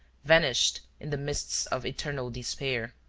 vanished in the mists of eternal despair.